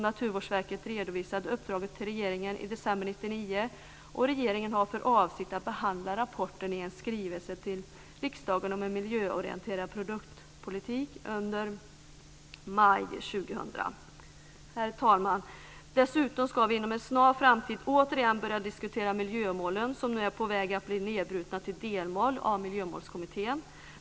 Naturvårdsverket redovisade uppdraget till regeringen i december 1999, och regeringen har för avsikt att behandla rapporten i en skrivelse till riksdagen om en miljöorienterad produktpolitik under maj 2000. Herr talman! Dessutom ska vi inom en snar framtid återigen börja diskutera miljömålen, som nu är på väg att bli nedbrutna till delmål av Miljömålskommittén.